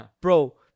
Bro